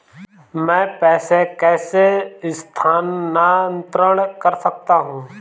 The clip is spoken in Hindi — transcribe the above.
मैं पैसे कैसे स्थानांतरण कर सकता हूँ?